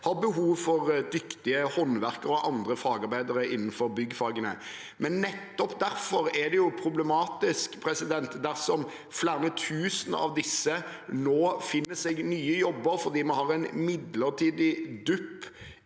har behov for dyktige håndverkere og andre fagarbeidere innenfor byggfagene. Nettopp derfor er det problematisk dersom flere tusen av disse nå finner seg nye jobber fordi vi har en midlertidig dupp